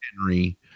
Henry